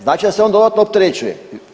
Znači da se on dodatno opterećuje.